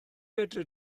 fedri